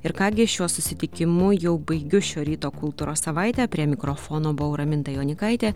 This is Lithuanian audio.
ir ką gi šiuo susitikimu jau baigiu šio ryto kultūros savaitę prie mikrofono buvau raminta jonykaitė